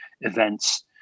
events